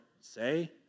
say